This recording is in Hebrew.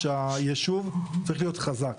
להבנה שהישוב צריך להיות חזק.